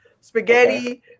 spaghetti